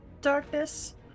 darkness